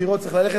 לבחירות צריך ללכת.